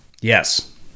yes